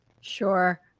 Sure